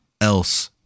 else